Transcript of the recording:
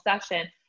session